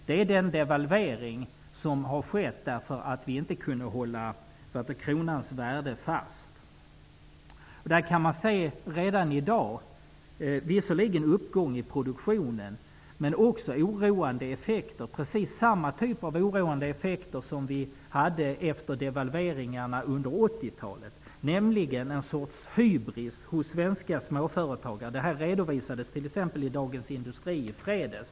Det är den devalvering som har skett därför att vi inte kunde hålla kronans värde fast. Visserligen kan man redan i dag se en uppgång i produktionen, men också precis samma typ av oroande effekter som vi fick efter devalveringarna på 1980-talet, nämligen en sorts hybris hos svenska småföretagare. Det redovisades i t.ex. Dagens Industri i fredags.